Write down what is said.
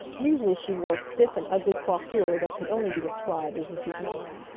usually she wore a stiff and ugly coiffure that could only be described as a chignon.